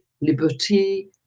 liberty